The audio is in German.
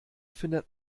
findet